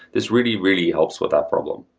this really really helps with that problem.